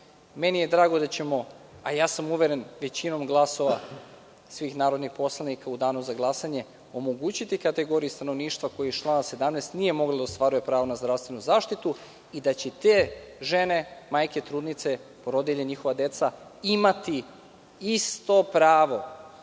mi je da ćemo, a ja sam uveren većinom glasova svih narodnih poslanika, u Danu za glasanje omogućiti kategoriji stanovništva koja iz člana 17. nije mogla da ostvaruje pravo na zdravstvenu zaštitu i da će te žene, majke, trudnice, porodilje i njihova deca imati isto pravo